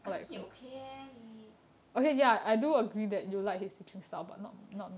I think he okay eh he